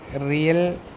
real